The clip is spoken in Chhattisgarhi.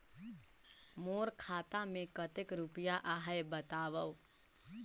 मोर खाता मे कतेक रुपिया आहे बताव?